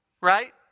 Right